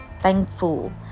thankful